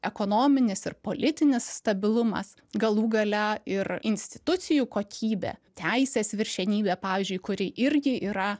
ekonominis ir politinis stabilumas galų gale ir institucijų kokybė teisės viršenybė pavyzdžiui kuri irgi yra